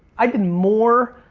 i did more